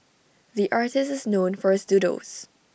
the artist is known for his doodles